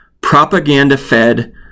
propaganda-fed